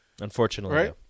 Unfortunately